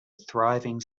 thriving